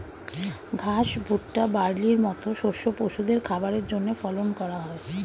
ঘাস, ভুট্টা, বার্লির মত শস্য পশুদের খাবারের জন্যে ফলন করা হয়